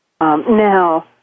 Now